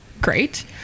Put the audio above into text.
great